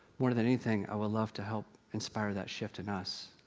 more than anything, i would love to help inspire that shift in us.